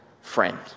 friend